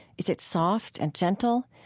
is it soft and gentle?